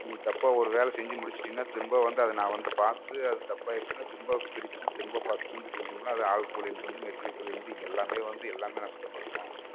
நீ தப்பாக ஒரு வேலை செஞ்சு முடிச்சுட்டினா திரும்ப வந்து அதை நான் வந்து பார்த்து அது தப்பாக ஆயிடுச்சுனா திரும்ப பிரித்து திரும்ப ஃபஸ்ட்டில் இருந்து செஞ்சோமுனா அது ஆள் கூலியில் இருந்து மெட்டீரியல் கூலியில் இருந்து எல்லாமே வந்து எல்லாமே நஷ்டப்படணும்